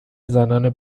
زنان